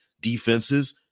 defenses